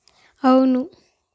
అవును